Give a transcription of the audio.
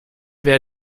wer